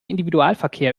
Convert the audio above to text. individualverkehr